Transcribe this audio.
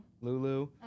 Lulu